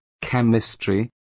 chemistry